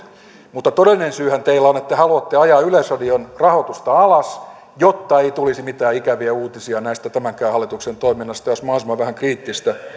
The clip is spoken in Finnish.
mutta todellinen syyhän teillä on että te haluatte ajaa yleisradion rahoitusta alas jotta ei tulisi mitään ikäviä uutisia tämänkään hallituksen toiminnasta ja olisi mahdollisimman vähän kriittistä no